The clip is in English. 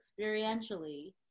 experientially